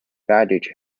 baggage